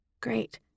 Great